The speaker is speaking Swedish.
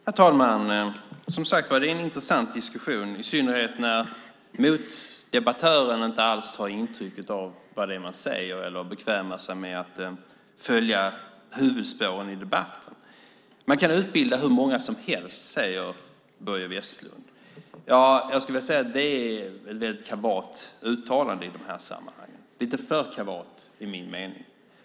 Herr talman! Det är, som sagt var, en intressant diskussion, i synnerhet när motdebattören inte alls tar intryck av det som man säger eller bekvämar sig med att följa huvudspåren i debatten. Man kan utbilda hur många som helst, säger Börje Vestlund. Jag skulle vilja säga att det är ett kavat uttalande i dessa sammanhang, lite för kavat enligt min mening.